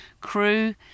crew